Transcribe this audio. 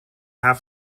half